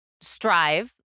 strive